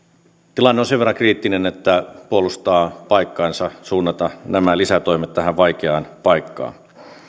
tilanne on sen verran kriittinen että puolustaa paikkaansa suunnata nämä lisätoimet tähän vaikeaan paikkaan